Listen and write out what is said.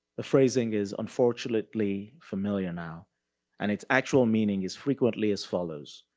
the phrasing is unfortunately familiar now and its actual meaning is frequently as follows.